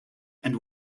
and